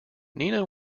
nina